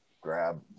grab